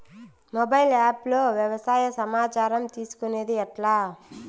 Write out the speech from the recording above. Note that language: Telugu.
మొబైల్ ఆప్ లో వ్యవసాయ సమాచారం తీసుకొనేది ఎట్లా?